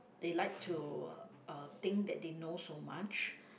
they like to uh think that they know so much